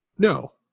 No